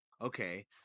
okay